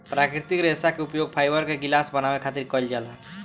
प्राकृतिक रेशा के उपयोग फाइबर के गिलास बनावे खातिर कईल जाला